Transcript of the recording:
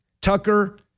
Tucker